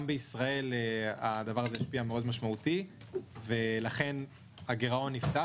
גם בישראל הדבר הזה השפיע בצורה משמעותית מאוד ולכן הגירעון נפתח.